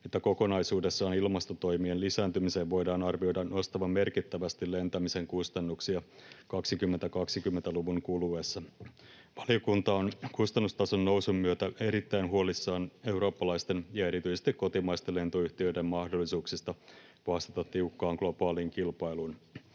että kokonaisuudessaan ilmastotoimien lisääntymisen voidaan arvioida nostavan merkittävästi lentämisen kustannuksia 2020-luvun kuluessa. Valiokunta on kustannustason nousun myötä erittäin huolissaan eurooppalaisten ja erityisesti kotimaisten lentoyhtiöiden mahdollisuuksista vastata tiukkaan globaaliin kilpailuun.